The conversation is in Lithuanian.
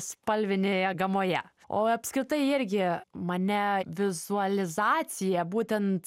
spalvinėje gamoje o apskritai irgi mane vizualizacija būtent